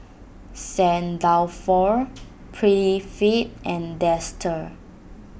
Saint Dalfour Prettyfit and Dester